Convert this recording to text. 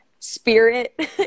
spirit